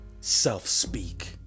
self-speak